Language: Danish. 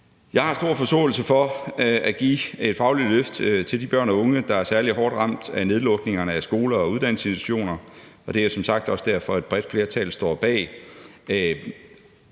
Jeg har stor forståelse for at give et fagligt løft til de børn og unge, der er særlig hårdt ramt af nedlukningerne af skoler og uddannelsesinstitutioner, og det er som sagt også derfor, at et bredt flertal står bag